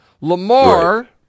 Lamar